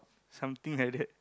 something like that